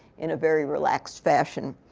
in a very relaxed fashion.